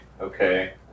Okay